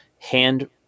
hand